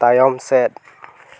ᱛᱟᱭᱚᱢ ᱥᱮᱫ